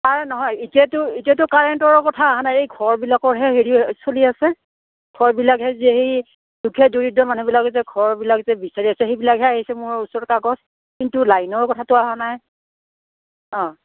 sir নহয় এতিয়াতো এতিয়াতো কাৰেণ্টৰ কথা অহা নাই এই ঘৰবিলাকৰহে হেৰি চলি আছে ঘৰবিলাকহে যি সেই দুখীয়া দৰিদ্ৰ মানুহবিলাকক যে ঘৰবিলাক যে বিচাৰি আছে সেইবিলাকহে আহিছে মোৰ ওচৰত কাগজ কিন্তু লাইনৰ কথাটো অহা নাই অঁ